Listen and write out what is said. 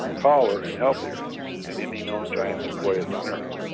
taller and healthier than any known giant sequoias on earth.